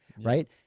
right